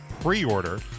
pre-order